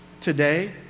today